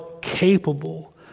capable